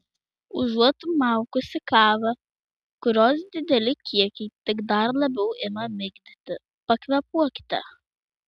užuot maukusi kavą kurios dideli kiekiai tik dar labiau ima migdyti pakvėpuokite